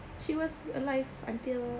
she was alive until